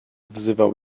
wyzwał